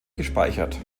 gespeichert